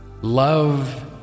love